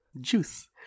Juice